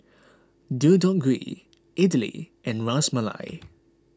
Deodeok Gui Idili and Ras Malai